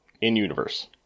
In-universe